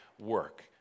work